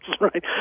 right